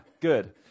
Good